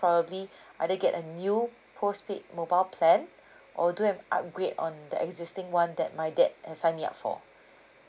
probably either get a new postpaid mobile plan or do an upgrade on the existing one that my dad had signed me up for